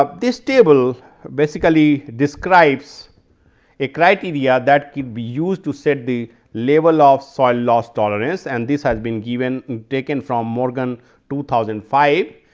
um this table basically describes a criteria that could be used to set the level of soil loss tolerance and this has been given taken from morgan two thousand and five.